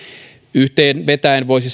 yhteen vetäen voisi